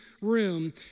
room